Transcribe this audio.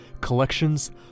collections